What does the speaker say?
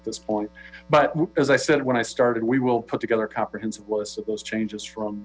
at this point but as i said when i started we will put together a comprehensive list of those changes from